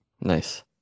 nice